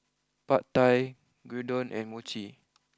Pad Thai Gyudon and Mochi